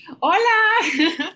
Hola